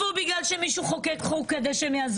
מאה